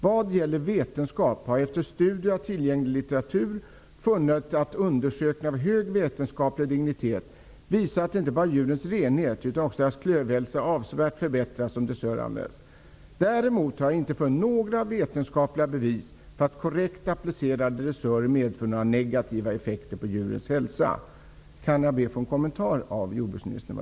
Vad gäller vetenskap har jag efter studier av tillgänglig litteratur funnit att undersökningar av hög vetenskaplig dignitet visar att inte bara djurens renhet utan också deras klövhälsa avsevärt förbättras om dressörer användes. Däremot har jag inte funnit några vetenskapliga bevis för att korrekt applicerade dressörer medför några negativa effekter på djurens hälsa.''